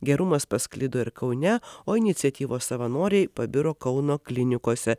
gerumas pasklido ir kaune o iniciatyvos savanoriai pabiro kauno klinikose